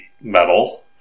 metal